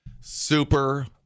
Super